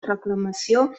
reclamació